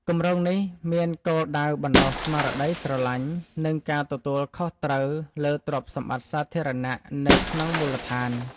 គម្រោងនេះមានគោលដៅបណ្តុះស្មារតីស្រឡាញ់ និងការទទួលខុសត្រូវលើទ្រព្យសម្បត្តិសាធារណៈនៅក្នុងមូលដ្ឋាន។